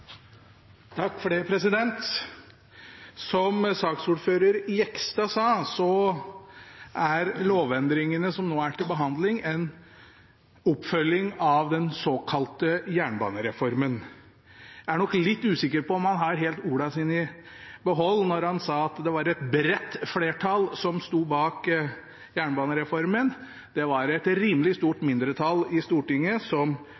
lovendringene som nå er til behandling, en oppfølging av den såkalte jernbanereformen. Jeg er nok litt usikker på om han helt har sine ord i behold når han sa at det var et bredt flertall som sto bak jernbanereformen. Det var et rimelig stort mindretall i Stortinget som